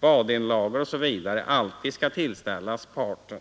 vadeinlagor osv. alltid skall tillställas parten.